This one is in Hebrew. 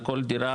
על כל דירה,